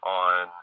on